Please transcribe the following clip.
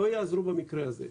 לא יעזרו במקרה הזה.